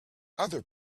other